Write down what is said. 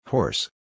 Horse